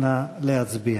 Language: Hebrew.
נא להצביע.